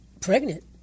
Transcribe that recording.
pregnant